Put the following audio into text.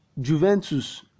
Juventus